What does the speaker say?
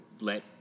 let